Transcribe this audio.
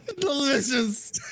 delicious